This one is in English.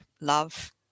love